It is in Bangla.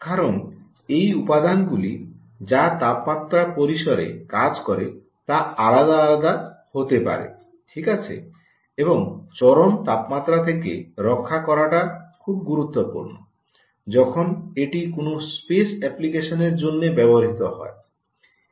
কারণ এই উপাদানগুলি যা তাপমাত্রার পরিসরে কাজ করে তা আলাদা আলাদা হতে পারে ঠিক আছে এবং চরম তাপমাত্রা থেকে রক্ষা করাটা খুব গুরুত্বপূর্ণ যখন এটি কোনও স্পেস অ্যাপ্লিকেশনের জন্য ব্যবহৃত হয়